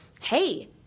hey